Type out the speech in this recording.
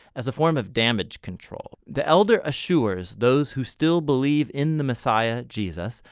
as a form of damage control. the elder assures those who still believe in the messiah, jesus,